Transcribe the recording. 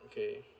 okay